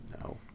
No